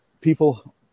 people